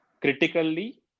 critically